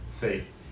faith